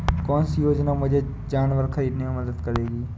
कौन सी योजना मुझे जानवर ख़रीदने में मदद करेगी?